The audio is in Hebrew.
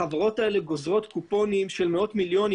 החברות הללו גוזרות קופונים של מאות מיליונים.